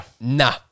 nah